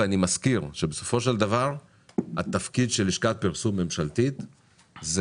ואני מזכיר שבסופו של דבר התפקיד של לשכת פרסום ממשלתית היא